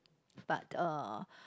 but uh